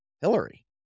Hillary